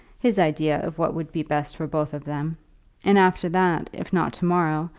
his idea of what would be best for both of them and after that, if not to-morrow,